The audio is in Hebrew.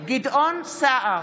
גדעון סער,